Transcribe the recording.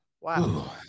Wow